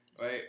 Right